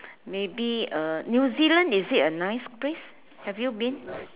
maybe uh New Zealand is it a nice place have you been